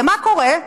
ומה קורה?